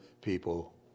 people